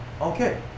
okay